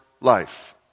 life